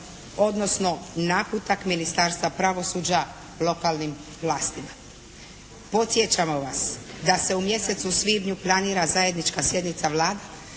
odnosno naputak Ministarstva pravosuđa lokalnim vlastima. Podsjećamo vas da se u mjesecu svibnju planira zajednička sjednica Vlada